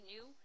new